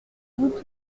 vous